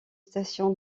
station